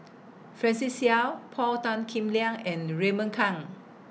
Francis Seow Paul Tan Kim Liang and Raymond Kang